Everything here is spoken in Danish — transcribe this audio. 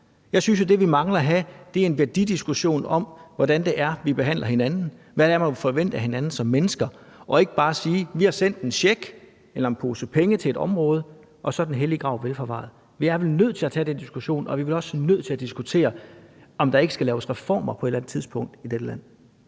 Jeg synes jo, det, vi mangler at have, er en værdidiskussion om, hvordan det er, vi behandler hinanden, og hvad det er, man kan forvente af hinanden som mennesker i stedet for bare at sige: Vi har sendt en check eller en pose penge til et område, og så er den hellige grav vel forvaret. Vi er vel nødt til at tage den diskussion, og vi bliver også nødt til at diskutere, om der ikke skal laves reformer på et eller andet tidspunkt i dette land.